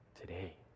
today